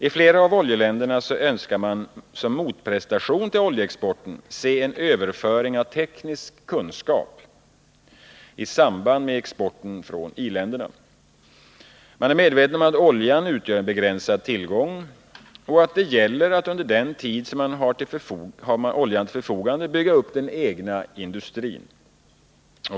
I flera av oljeländerna önskar man som motprestation till oljeexporten se en överföring av teknisk kunskap i samband med exporten från i-länderna. Man är medveten om att oljan utgör en begränsad tillgång och att det gäller att under den tid man har till förfogande bygga upp den egna industrin.